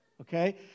okay